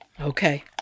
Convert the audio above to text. Okay